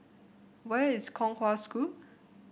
where is Kong Hwa School